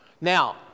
Now